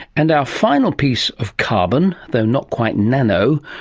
and final piece of carbon, though not quite nano,